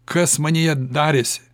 kas manyje darėsi